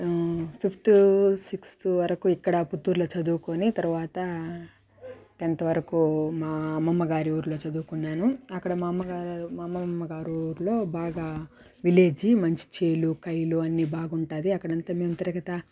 fifth sixth వరకు ఇక్కడ పుత్తూర్లో చదువుకొని తర్వాత టెన్త్ వరకు మా అమ్మమ్మ గారి ఊర్లో చదువుకున్నాను అక్కడ మా అమ్మ గా అమమ్మ గారు ఊర్లో బాగా విలేజి మంచి ఛేలు కైలు అన్ని బాగుంటుంది అక్కడంతా మేం తిరుగుతూ